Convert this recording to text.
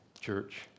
church